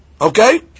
Okay